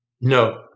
No